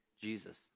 Jesus